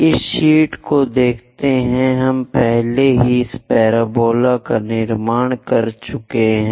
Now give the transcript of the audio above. इस शीट को देखते हैं हम पहले ही इस पैराबोला का निर्माण कर चुके हैं